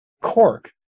Cork